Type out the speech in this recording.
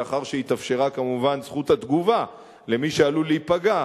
לאחר שהתאפשרה כמובן זכות התגובה למי שעלול להיפגע,